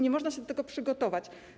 Nie można się do tego przygotować.